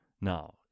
Now